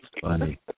Funny